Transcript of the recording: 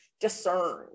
discern